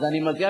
אז אני מציע,